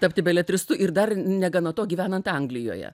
tapti beletristu ir dar negana to gyvenant anglijoje